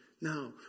now